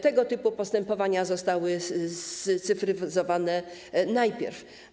Tego typu postępowania zostały scyfryzowane najpierw.